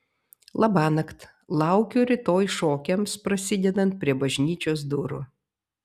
labanakt laukiu rytoj šokiams prasidedant prie bažnyčios durų